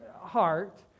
heart